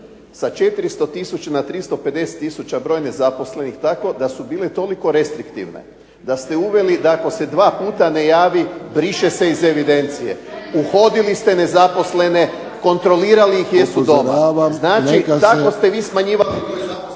sa 400 tisuća na 350 tisuća broj nezaposlenih tako da su bile toliko restriktivne da ste uveli da ako se dva puta ne javi briše se iz evidencije. Uhodili ste nezaposlene, kontrolirali ih jesu doma. **Friščić, Josip